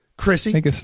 Chrissy